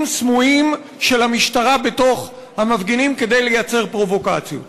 סמויים של המשטרה בתוך המפגינים כדי לייצר פרובוקציות.